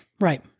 Right